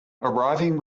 arriving